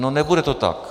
No, nebude to tak.